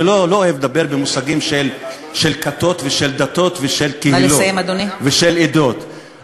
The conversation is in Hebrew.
אני לא אוהב לדבר במושגים של כתות ושל דתות ושל קהילות ושל עדות.